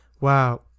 wow